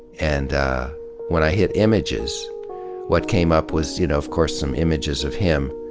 and when i hit images what came up was, you know, of course some images of him.